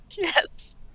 Yes